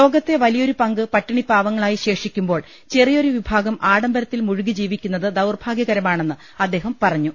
ലോകത്തെ വലിയൊരു പങ്ക് പട്ടിണിപ്പാവങ്ങളായി ശേഷിക്കുമ്പോൾ ചെറിയൊരു വിഭാഗം ആഡംബരത്തിൽ മുഴുകി ജീവിക്കുന്നത് ദൌർഭാഗൃ ക ര മാ ണെന്ന് അദ്ദേഹം പറഞ്ഞു